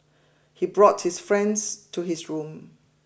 he brought his friends to his room